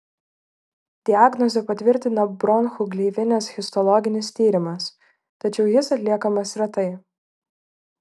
diagnozę patvirtina bronchų gleivinės histologinis tyrimas tačiau jis atliekamas retai